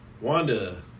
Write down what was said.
Wanda